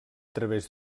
través